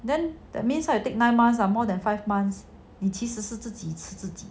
then that means you take nine months or more than five months 呢其实是自己吃自己